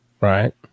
Right